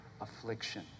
Affliction